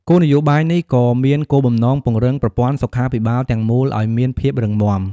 គោលនយោបាយនេះក៏មានគោលបំណងពង្រឹងប្រព័ន្ធសុខាភិបាលទាំងមូលឱ្យមានភាពរឹងមាំ។